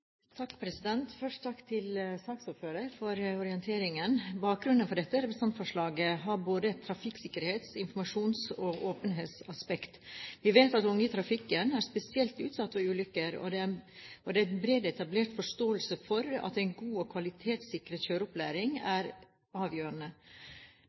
takk til saksordføreren for orienteringen. Bakgrunnen for dette representantforslaget har både et trafikksikkerhets-, informasjons- og åpenhetsaspekt. Vi vet at unge i trafikken er spesielt utsatt for ulykker, og det er en bred etablert forståelse for at en god og kvalitetssikret